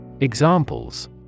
Examples